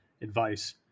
advice